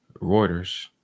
Reuters